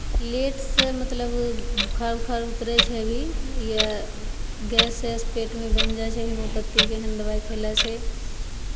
लेटसँ मतलब बुखार उखार उतरै छै अभी या गैस एस पेटमे बनि जाइ छै हेमोपथीके एहन दबाइ खयलासँ